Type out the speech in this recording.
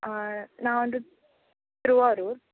நான் வந்து திருவாரூர்